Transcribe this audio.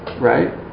right